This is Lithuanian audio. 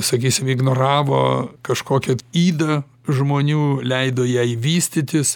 sakysim ignoravo kažkokią ydą žmonių leido jai vystytis